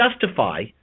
justify